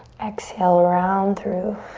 exhale, round through.